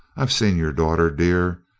i've seen your daughter dear.